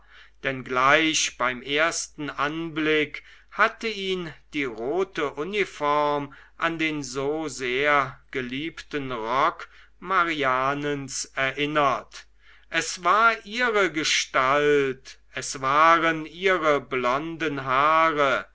denn gleich beim ersten anblick hatte ihn die rote uniform an den so sehr geliebten rock marianens erinnert es war ihre gestalt es waren ihre blonden haare